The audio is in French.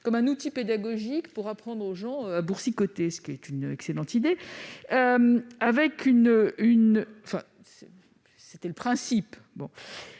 comme un outil pédagogique pour apprendre aux gens à boursicoter, ce qui est une excellente idée ... À voir ...